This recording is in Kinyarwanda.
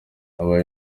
aba